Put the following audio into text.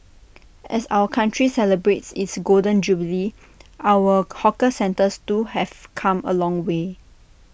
as our country celebrates its Golden Jubilee our hawker centres too have come A long way